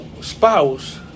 spouse